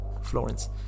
Florence